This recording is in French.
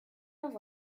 dans